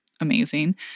Amazing